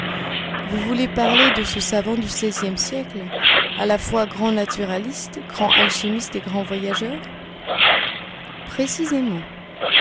vous voulez parler de ce savant du seizième siècle à la fois grand naturaliste grand alchimiste et grand voyageur précisément